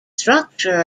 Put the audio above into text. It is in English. structure